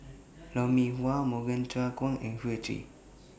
Lou Mee Wah Morgan Chua and Goi Seng Hui